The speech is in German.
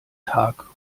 tag